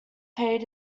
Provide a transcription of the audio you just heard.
paid